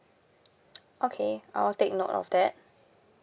okay I'll take note of that